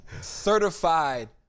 Certified